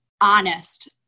honest